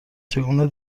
چگونه